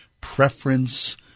preference